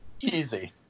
easy